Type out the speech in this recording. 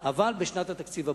אבל בשנת התקציב הבאה,